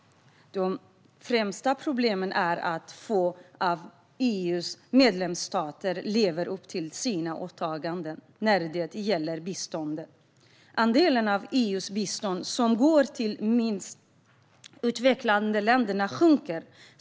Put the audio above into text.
Det främsta problemet är att få av EU:s medlemsstater lever upp till sina åtaganden när det gäller biståndet. Andelen av EU:s bistånd som går till de minst utvecklade länderna sjunker.